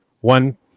one